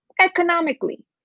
economically